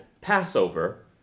Passover